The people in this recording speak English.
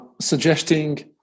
suggesting